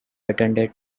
attended